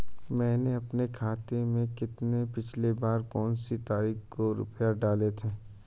मैंने अपने खाते में पिछली बार कौनसी तारीख को रुपये डाले थे?